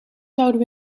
zouden